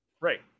Right